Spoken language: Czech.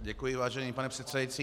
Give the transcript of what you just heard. Děkuji, vážený pane předsedající.